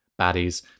baddies